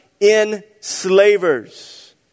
enslavers